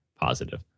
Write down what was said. positive